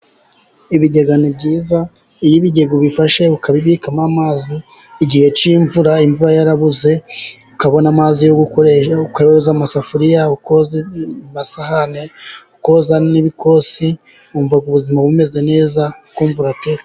Ibigega ni byiza, iyo ibigega ubifashe ukabibikamo amazi igihe cy'imvura imvura yarabuze, ukabona amazi yoza amasafuriya, ukoza amasahane, ukoza n'ibikosi, wumva ubuzima bumeze neza, ukumva uratekanye.